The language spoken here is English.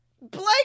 Blake